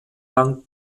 lang